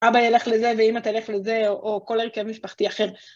אבא ילך לזה ואמא תלך לזה, או כל הרכב משפחתי אחר.